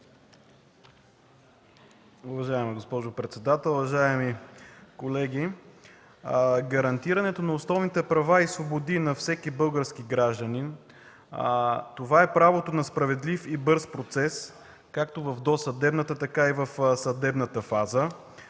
Уважаема госпожо председател, уважаеми колеги, гарантирането на основните права и свободи на всеки български гражданин, това е правото на справедлив и бърз процес както в досъдебната, така и в съдебната фаза.